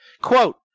Quote